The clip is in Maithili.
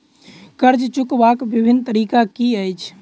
कर्जा चुकबाक बिभिन्न तरीका की अछि?